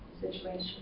situation